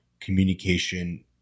communication